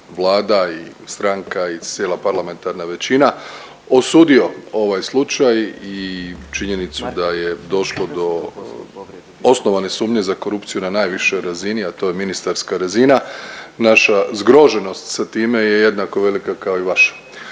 i stranka i cijela parlamentarna većina osudio ovaj slučaj i činjenicu da je došlo do osnovane sumnje za korupciju na najvišoj razini, a to je ministarska razina. Naša zgroženost sa time je jednako velika kao i vaša.